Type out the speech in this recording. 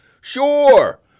Sure